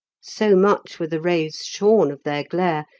so much were the rays shorn of their glare,